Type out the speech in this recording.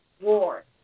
war